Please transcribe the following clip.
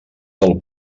del